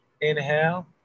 inhale